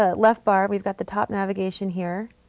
ah left bar, we've got the top navigation here